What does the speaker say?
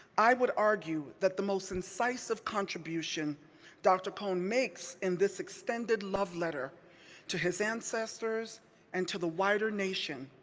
i would argue that the most incisive contribution dr. cone makes in this extended love letter to his ancestors and to the wider nation,